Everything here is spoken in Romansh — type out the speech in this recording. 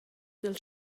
dal